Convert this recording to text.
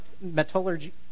metallurgy